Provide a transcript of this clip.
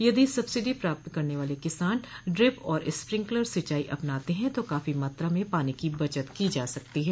यदि सब्सिडी प्राप्त करने वाले किसान ड्रिप और स्प्रिंकलर सिंचाई अपनाते हैं तो काफी मात्रा में पानी की बचत की जा सकती है